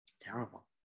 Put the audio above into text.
Terrible